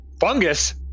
Fungus